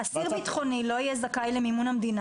"אסיר ביטחוני לא יהיה זכאי למימון המדינה